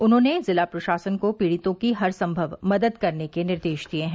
उन्होंने जिला प्रशासन को पीड़ितों की हरसम्भव मदद करने के निर्देश दिये हैं